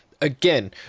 again